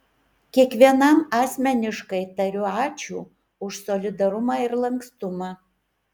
kiekvienam asmeniškai tariu ačiū už solidarumą ir lankstumą